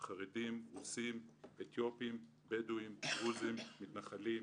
חרדים, רוסים, אתיופים, בדואים, דרוזים, מתנחלים,